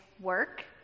work